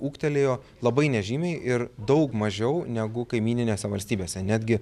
ūgtelėjo labai nežymiai ir daug mažiau negu kaimyninėse valstybėse netgi